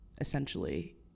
essentially